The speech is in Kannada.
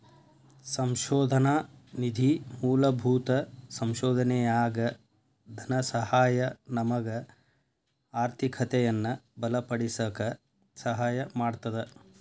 ಸಂಶೋಧನಾ ನಿಧಿ ಮೂಲಭೂತ ಸಂಶೋಧನೆಯಾಗ ಧನಸಹಾಯ ನಮಗ ಆರ್ಥಿಕತೆಯನ್ನ ಬಲಪಡಿಸಕ ಸಹಾಯ ಮಾಡ್ತದ